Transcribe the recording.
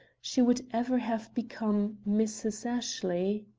she would ever have become mrs. ashley?